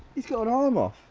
he's got an arm off.